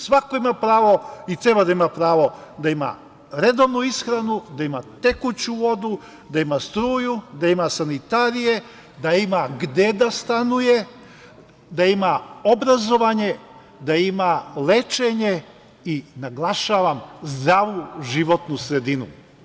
Svako ima pravo i treba da ima pravo da ima redovnu ishranu, da ima tekuću vodu, da ima struju, da ima sanitarije, da ima gde da stanuje, da ima obrazovanje, da ima lečenje i naglašavam – zdravu životnu sredinu.